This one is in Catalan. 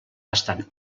bastant